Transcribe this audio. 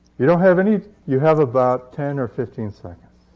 you don't have any you have about ten or fifteen seconds.